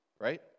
right